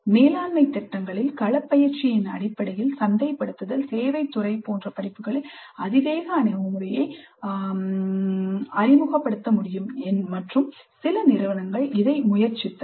மேலாண்மைத் திட்டங்களில் களப் பயிற்சியின் அடிப்படையில் சந்தைப்படுத்தல் சேவைத் துறை போன்ற படிப்புகளில் அதிவேக அணுகுமுறையை அறிமுகப்படுத்த முடியும் மற்றும் சில நிறுவனங்கள் இதை முயற்சித்தன